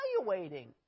evaluating